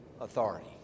authority